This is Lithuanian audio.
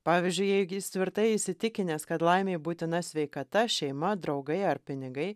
pavyzdžiui jeigi jis tvirtai įsitikinęs kad laimei būtina sveikata šeima draugai ar pinigai